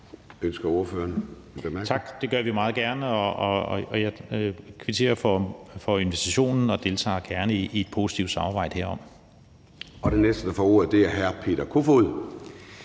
Tak, det gør vi meget gerne, og jeg kvitterer for invitationen og deltager gerne i et positivt samarbejde herom. Kl. 11:33 Formanden (Søren Gade):